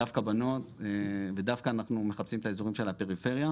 דווקא בנות ודווקא אנחנו מחפשים את האזורים של הפריפריה,